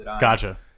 gotcha